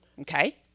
okay